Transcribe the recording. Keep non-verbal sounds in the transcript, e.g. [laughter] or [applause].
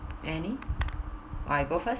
any I go first [coughs]